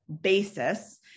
basis